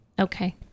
okay